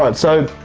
but so